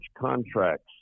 contracts